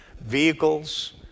vehicles